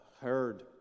heard